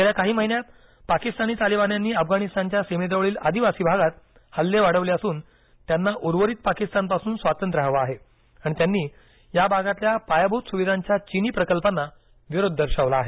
गेल्या काही महिन्यांत पाकिस्तानी तालिबान्यांनी अफगाणिस्तानच्या सीमेजवळील आदिवासी भागात हल्ले वाढवले असून त्यांना उर्वरित पाकिस्तानपासून स्वातंत्र्य हवं आहे आणि त्यांनी या भागातल्या पायाभूत सुविधांच्या चीनी प्रकल्पांना विरोध दर्शवला आहे